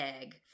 egg